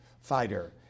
fighter